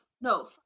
no